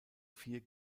vier